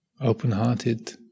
open-hearted